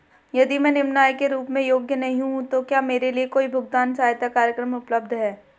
यदि मैं निम्न आय के रूप में योग्य नहीं हूँ तो क्या मेरे लिए कोई भुगतान सहायता कार्यक्रम उपलब्ध है?